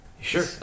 Sure